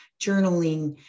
journaling